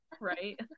right